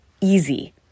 easy